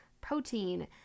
protein